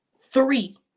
three